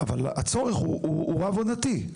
אבל הצורך הוא רב-עונתי.